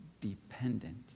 dependent